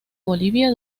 bolivia